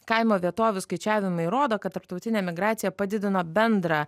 kaimo vietovių skaičiavimai rodo kad tarptautinė emigracija padidino bendrą